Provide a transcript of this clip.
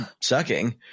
sucking